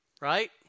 right